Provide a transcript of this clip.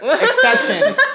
Exception